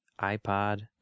iPod